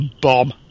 bomb